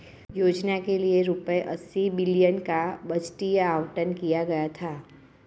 योजना के लिए रूपए अस्सी बिलियन का बजटीय आवंटन किया गया था